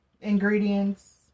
ingredients